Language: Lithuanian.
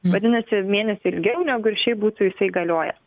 vadinasi mėnesiu ilgiau negu ir šiaip būtų įsigaliojęs